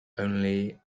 only